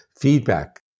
feedback